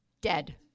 dead